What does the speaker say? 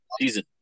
season